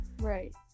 right